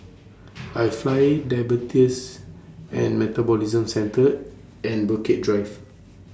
IFly Diabetes and Metabolism Centre and Bukit Drive